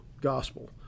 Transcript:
Gospel